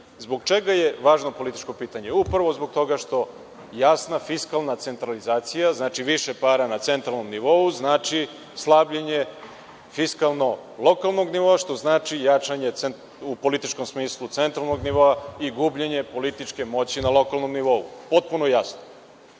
čega je važno političko pitanje? Upravo zbog toga što jasna fiskalna centralizacija, više para na centralnom nivou, znači slabljenje fiskalno lokalnog nivoa, što u političkom smislu znači jačanje centralnog nivoa i gubljenje političke moći na lokalnom nivou, potpuno jasno. Šta